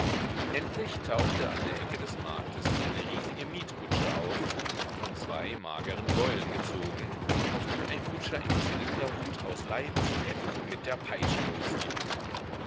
endlich tauchte an der ecke des marktes eine riesige mietkutsche auf von zwei mageren gäulen gezogen auf die ein kutscher im zylinderhut aus leibeskräften mit der peitsche